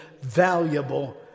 valuable